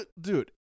dude